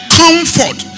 comfort